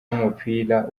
w’umupira